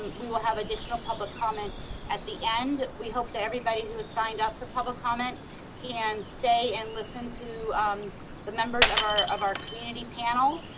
um we will have additional public comment at the end. we hope that everybody who has signed up for public comment can stay and listen to um the members of our of our community panel.